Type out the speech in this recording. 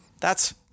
thats